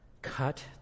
cut